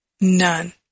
None